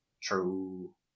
True